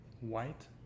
white